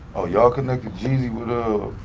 oh y'all connected jeezy with the,